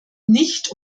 nicht